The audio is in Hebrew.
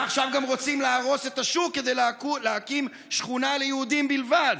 ועכשיו גם רוצים להרוס את השוק כדי להקים שכונה ליהודים בלבד.